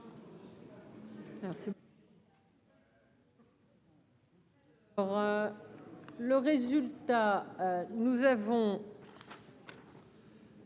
le résultat nous avons.